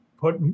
put